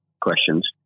questions